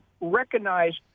recognize